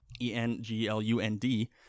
E-N-G-L-U-N-D